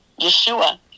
Yeshua